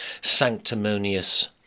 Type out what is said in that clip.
sanctimonious